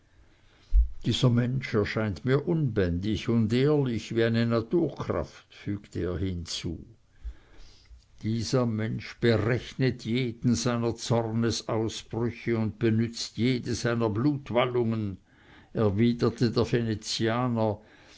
dieser mensch erscheint mir unbändig und ehrlich wie eine naturkraft fügte er hinzu dieser mensch berechnet jeden seiner zornausbrüche und benützt jede seiner blutwallungen erwiderte der venezianer